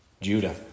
Judah